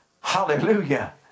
Hallelujah